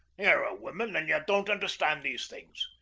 ye're a woman, and ye don't understand these things.